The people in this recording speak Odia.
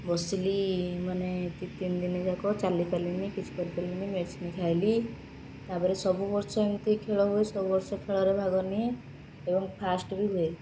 ବସିଲି ମାନେ ଦି ତିନି ଦିନ ଯାକ ଚାଲିପାରିଲିନି କିଛି କରିପାରିଲିନି ମେଡ଼ିସିନ୍ ଖାଇଲି ତାପରେ ସବୁ ବର୍ଷ ଏମତି ଖେଳ ହୁଏ ସବୁ ବର୍ଷ ଖେଳରେ ଭାଗ ନିଏ ଏବଂ ଫାର୍ଷ୍ଟ୍ ବି ହୁଏ